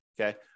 okay